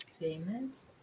famous